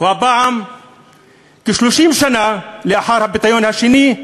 והפעם כ-30 שנה לאחר הפיתיון השני,